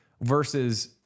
versus